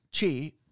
chi